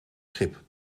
schip